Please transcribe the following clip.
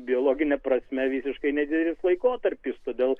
biologine prasme visiškai nedidelis laikotarpis todėl